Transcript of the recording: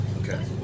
Okay